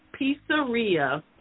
pizzeria